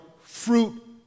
fruit